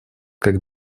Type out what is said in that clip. как